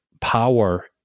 power